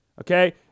okay